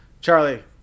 Charlie